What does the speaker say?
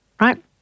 right